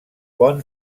pont